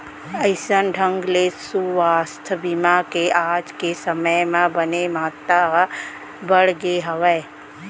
अइसन ढंग ले सुवास्थ बीमा के आज के समे म बने महत्ता ह बढ़गे हावय